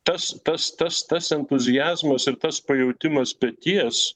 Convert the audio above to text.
tas tas tas tas entuziazmas ir tas pajautimas peties